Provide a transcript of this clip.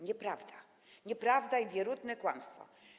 Nieprawda, nieprawda i wierutne kłamstwo.